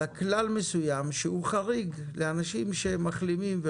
אלא כלל מסוים שהוא חריג לאנשים שמחלימים.